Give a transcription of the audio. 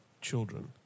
children